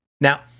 Now